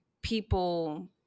people